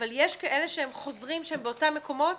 אבל יש כאלה שהם חוזרים שהם באותם מקומות